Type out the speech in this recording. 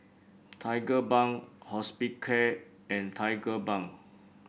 Tigerbalm Hospicare and Tigerbalm